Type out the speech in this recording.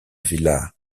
villa